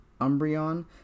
Umbreon